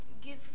give